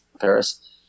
Paris